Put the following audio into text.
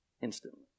instantly